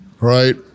right